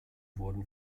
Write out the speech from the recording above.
wurden